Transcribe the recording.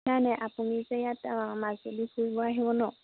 নাই নাই আপুনি যে ইয়াত মাজুলী ফুৰিব আহিব ন